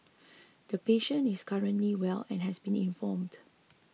the patient is currently well and has been informed